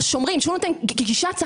אנחנו כולנו מבינים מתוך הדיון הזה כמה